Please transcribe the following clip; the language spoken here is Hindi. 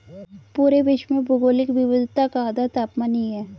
पूरे विश्व में भौगोलिक विविधता का आधार तापमान ही है